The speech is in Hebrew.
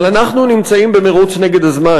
אבל אנחנו נמצאים במירוץ נגד הזמן.